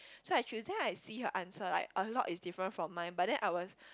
so I choose then I see her answer like a lot is different from mine but then I was